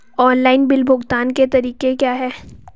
Online bill भुगतान के तरीके क्या हैं?